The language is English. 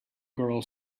girl